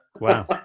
Wow